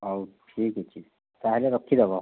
ହଉ ଠିକ୍ ଅଛି ତା'ହେଲେ ରଖିଦେବ